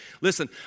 Listen